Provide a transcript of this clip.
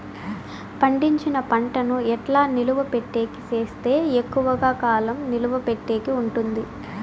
పండించిన పంట ను ఎట్లా నిలువ పెట్టేకి సేస్తే ఎక్కువగా కాలం నిలువ పెట్టేకి ఉంటుంది?